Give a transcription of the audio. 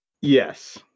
Yes